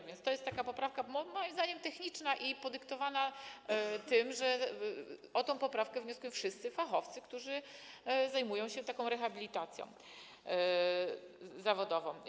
A więc to jest poprawka, moim zdaniem, techniczna i podyktowana tym, że o tę poprawkę wnioskują wszyscy fachowcy, którzy zajmują się taką rehabilitacją zawodową.